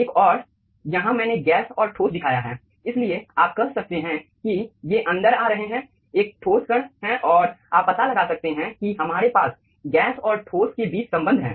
एक और यहाँ मैंने गैस और ठोस दिखाया है इसलिए आप कह सकते हैं कि ये अंदर आ रहे एक ठोस कण है और आप पता लगा सकते हैं कि हमारे पास गैस और ठोस के बीच संबंध हैं